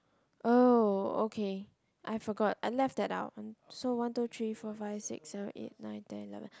oh okay I forgot I left that out one so one two three four five six seven eight nine ten eleven